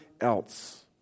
else